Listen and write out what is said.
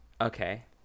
Okay